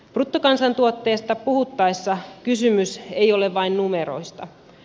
bruttokansantuotteesta puhuttaessa kysymys ei ole vain numeroista